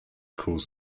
calls